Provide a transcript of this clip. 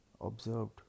observed